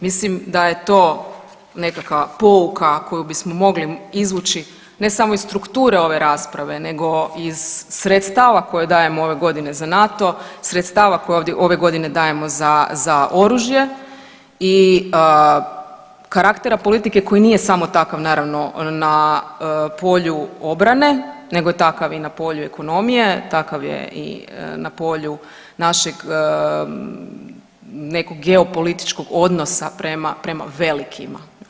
Mislim da je to nekakva pouka koju bismo mogli izvući ne samo iz strukture ove rasprave nego iz sredstava koje dajemo ove godine za NATO, sredstava koje ove godine dajemo za, za oružje i karaktera politike koji nije samo takav naravno na polju obrane nego je takav i na polju ekonomije, takav je i na polju našeg nekog geopolitičkog odnosa prema, prema velikima.